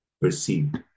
perceived